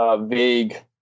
vague